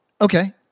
Okay